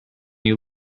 you